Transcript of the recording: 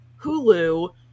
hulu